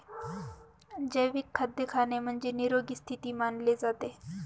जैविक खाद्य खाणे म्हणजे, निरोगी स्थिती मानले जाते